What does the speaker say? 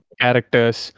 characters